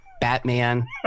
Batman